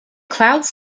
clouds